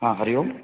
हरिः ओम्